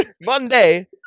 Monday